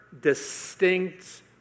distinct